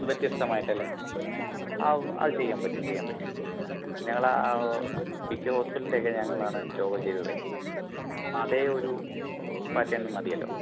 വ്യത്യസ്തമായിട്ടല്ലേ ആ അത് ചെയ്യാൻ പറ്റും ചെയ്യാൻ പറ്റും ഞങ്ങളാ മിക്ക ഹോസ്പിറ്റലിന്റെയും ഒക്കെ ഞങ്ങളാണ് ലോഗോ ചെയ്തതത് അതെ ഒരു പാറ്റേൺ മതിയല്ലോ